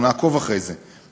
אנחנו נעקוב אחרי זה,